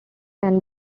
can